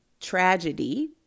tragedy